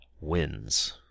wins